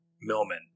millman